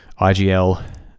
IGL